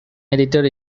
edited